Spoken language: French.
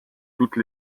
toutes